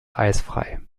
eisfrei